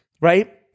right